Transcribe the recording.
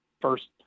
first